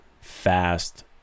fast